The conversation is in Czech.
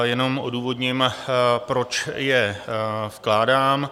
Jenom odůvodním, proč je vkládám.